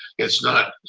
it's not,